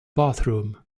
bathroom